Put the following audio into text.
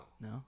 No